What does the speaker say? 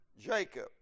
Jacob